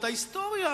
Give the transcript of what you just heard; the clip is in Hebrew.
את ההיסטוריה,